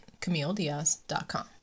CamilleDiaz.com